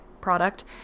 product